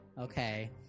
Okay